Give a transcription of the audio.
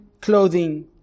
clothing